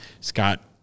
Scott